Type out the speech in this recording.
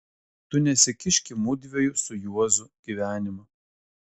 tu nesikišk į mudviejų su juozu gyvenimą